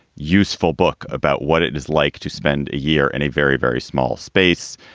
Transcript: useful book about what it is like to spend a year in a very, very small space.